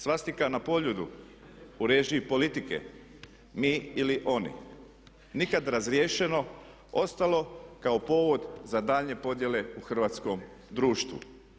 Svastika na Poljudu u režiji politike mi ili oni, nikad razriješeno, ostalo je kao povod za daljnje podjele u hrvatskom društvu.